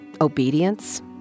obedience